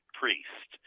priest